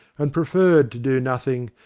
and preferred to do nothing,